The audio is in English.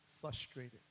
frustrated